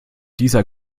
dieser